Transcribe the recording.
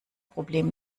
problem